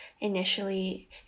initially